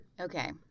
Okay